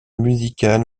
musicale